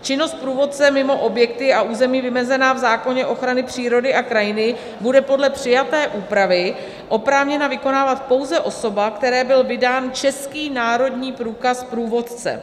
Činnost průvodce mimo objekty a území vymezená v zákoně ochrany přírody a krajiny bude podle přijaté úpravy oprávněna vykonávat pouze osoba, které byl vydán český národní průkaz průvodce.